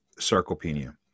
sarcopenia